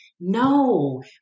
No